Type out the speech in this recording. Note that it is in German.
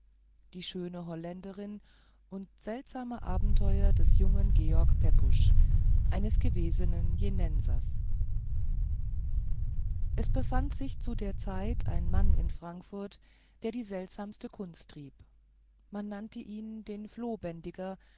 die schöne holländerin und seltsames abenteuer des jungen herrn george pepusch eines gewesenen jenensers es befand sich zu der zeit ein mann in frankfurt der die seltsamste kunst trieb man nannte ihn den